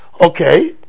Okay